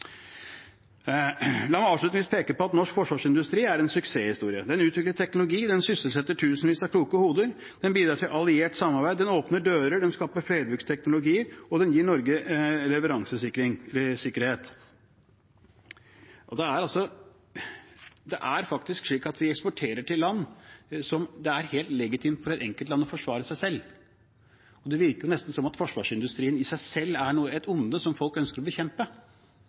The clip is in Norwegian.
La meg avslutningsvis peke på at norsk forsvarsindustri er en suksesshistorie. Den utvikler teknologi, sysselsetter tusenvis av kloke hoder, bidrar til alliert samarbeid, åpner dører, skaper flerbruksteknologi, og den gir Norge leveransesikkerhet. Det er faktisk helt legitimt for et land å forsvare seg selv. Det virker nesten som om forsvarsindustrien i seg selv er et onde som folk ønsker å bekjempe.